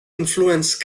influence